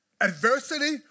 adversity